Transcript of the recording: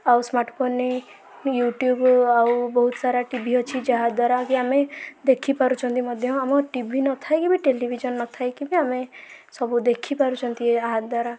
ଆଉ ସ୍ମାର୍ଟଫୋନ୍ ରେ ୟୁଟ୍ୟୁବ୍ ଆଉ ବହୁତସାରା ଟିଭି ଅଛି ଯାହାଦ୍ଵାରାକି ଆମେ ଦେଖିପାରୁଛନ୍ତି ମଧ୍ୟ ଆମ ଟିଭି ନଥାଇକି ବି ଟେଲିଭିଜନ୍ ନ ଥାଇକି ବି ଆମେ ସବୁ ଦେଖିପାରୁଛନ୍ତି ଏହାଦ୍ଵାରା